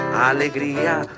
alegría